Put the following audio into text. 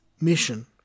mission